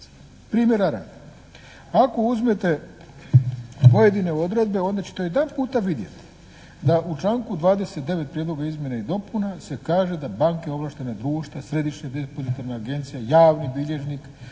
Primjera radi, ako uzmete pojedine odredbe onda ćete jedanputa vidjeti da u članku 29. Prijedloga izmjena i dopuna se kaže da banke, ovlaštena društva, Središnja depozitorna agencija, javni bilježnik,